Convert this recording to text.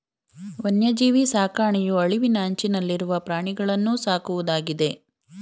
ವನ್ಯಜೀವಿ ಸಾಕಣೆಯು ಅಳಿವಿನ ಅಂಚನಲ್ಲಿರುವ ಪ್ರಾಣಿಗಳನ್ನೂ ಸಾಕುವುದಾಗಿದೆ